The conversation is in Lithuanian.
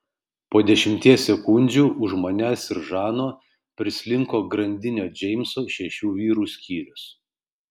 po dešimties sekundžių už manęs ir žano prislinko grandinio džeimso šešių vyrų skyrius